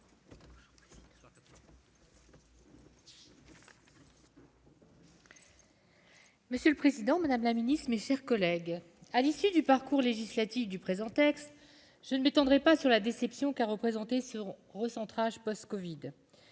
Monsieur le président, madame la ministre, mes chers collègues, à l'issue du parcours législatif du présent texte, je ne m'étendrai pas sur la déception qu'a représentée son recentrage post-covid.